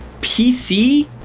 PC